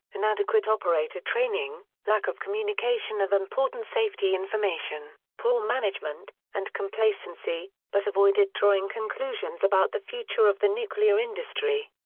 inadequate operator training, lack of communication of important safety information, poor management, and complacency, but avoided drawing conclusions about the future of the nuclear industry.